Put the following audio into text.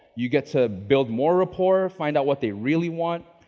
you get to build more rapport, find out what they really want.